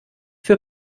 für